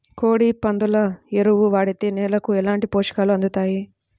కోడి, పందుల ఎరువు వాడితే నేలకు ఎలాంటి పోషకాలు అందుతాయి